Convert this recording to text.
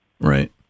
Right